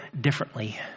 differently